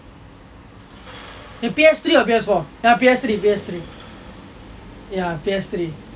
the P_S three or P_S four ah P_S three P_S three